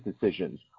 decisions